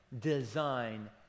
design